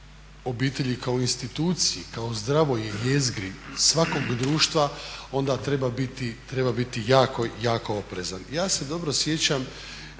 obitelji kao instituciji, kao zdravoj jezgri svakog društva, onda treba biti jako, jako oprezan. Ja se dobro sjećam